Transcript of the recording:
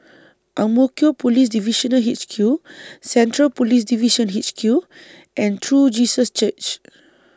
Ang Mo Kio Police Divisional H Q Central Police Division H Q and True Jesus Church